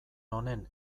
honen